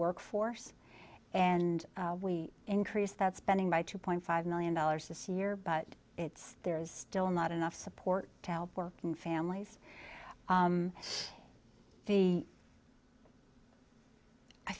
workforce and we increase that spending by two point five million dollars this year but it's there's still not enough support to help working families the i